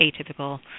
atypical